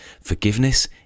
Forgiveness